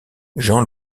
jean